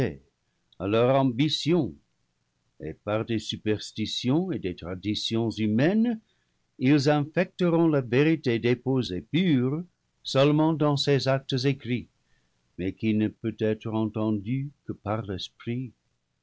leur ambition et par des superstitions des traditions humaines ils infecteront la vérité déposée pure seulement dans ces actes écrits mais qui ne peut être entendue que par l'esprit